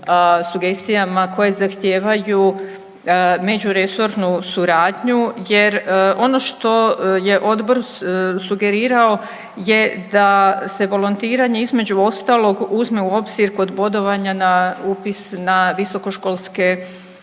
sugestijama koje zahtijevaju međuresornu suradnju jer ono što je odbor sugerirao je da se volontiranje između ostalog uzme u obzir kod bodovanja na upis na visokoškolske